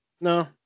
No